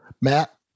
Matt